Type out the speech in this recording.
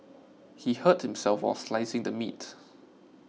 he hurt himself while slicing the meat